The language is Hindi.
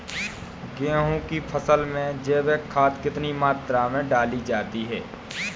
गेहूँ की फसल में जैविक खाद कितनी मात्रा में डाली जाती है?